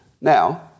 Now